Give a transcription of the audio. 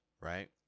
right